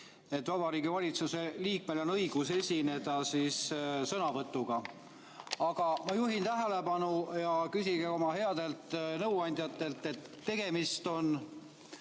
et Vabariigi Valitsuse liikmel on õigus esineda sõnavõtuga. Aga ma juhin tähelepanu sellele – küsige oma headelt nõuandjatelt –, et tegemist on